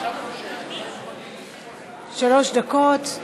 שלוש דקות.